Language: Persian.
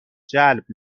جلب